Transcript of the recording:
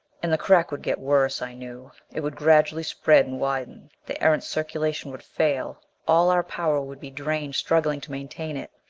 and the crack would get worse, i knew. it would gradually spread and widen. the erentz circulation would fail. all our power would be drained struggling to maintain it.